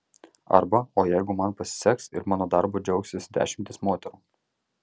arba o jeigu man pasiseks ir mano darbu džiaugsis dešimtys moterų